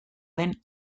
den